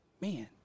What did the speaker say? man